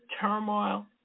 turmoil